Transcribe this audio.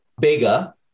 bigger